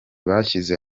bashyize